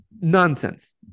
nonsense